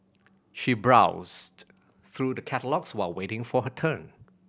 she browsed through the catalogues while waiting for her turn